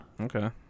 Okay